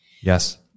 Yes